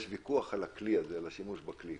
יש ויכוח על הכלי, על השימוש בכלי.